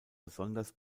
besonders